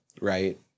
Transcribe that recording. right